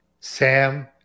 Sam